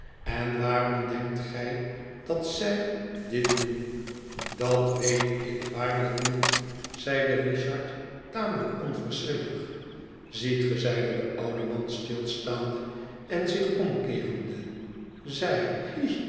en waarom denkt gij dat zij dit doen dat weet ik waarlijk niet zeide richard tamelijk onverschillig ziet ge zeide de oude man stilstaande en zich omkeerende